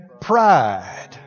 pride